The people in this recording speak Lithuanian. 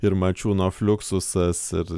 ir mačiūno fliuksusas